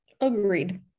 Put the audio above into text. agreed